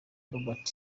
robert